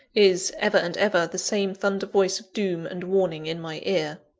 is, ever and ever, the same thunder-voice of doom and warning in my ear.